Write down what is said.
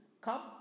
come